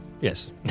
Yes